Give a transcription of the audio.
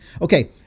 Okay